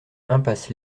impasse